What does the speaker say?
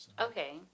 Okay